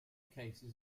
cases